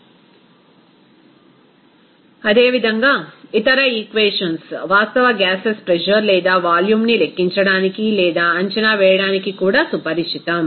refer slide టైం3052 అదేవిధంగా ఇతర ఈక్వేషన్స్ వాస్తవ గ్యాసెస్ ప్రెజర్ లేదా వాల్యూమ్ ని లెక్కించడానికి లేదా అంచనా వేయడానికి కూడా సుపరిచితం